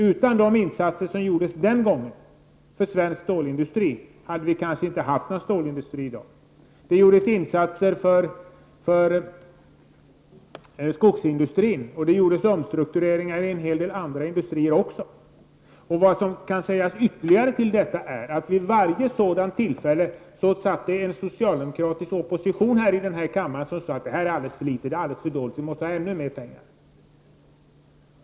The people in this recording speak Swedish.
Utan de insatser som gjordes den gången för svensk stålindustri skulle vi kanske inte ha haft någon stålindustri i dag. Det gjordes insatser för skogsindustrin och även omstruktureringar i en del andra industrier. Tilläggas kan också att det vid varje tillfälle för sådana insatser satt en socialdemokratisk opposition här i denna kammare och sade att det var alldeles för litet och alldeles för dåligt och att det behövdes ännu mer pengar.